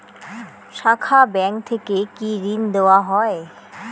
শাখা ব্যাংক থেকে কি ঋণ দেওয়া হয়?